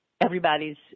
everybody's